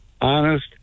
honest